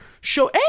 show